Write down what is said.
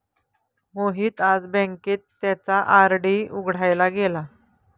मोहित आज बँकेत त्याचा आर.डी उघडायला गेला